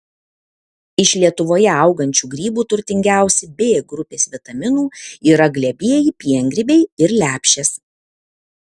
iš lietuvoje augančių grybų turtingiausi b grupės vitaminų yra glebieji piengrybiai ir lepšės